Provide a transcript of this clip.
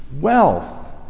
wealth